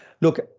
Look